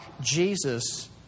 Jesus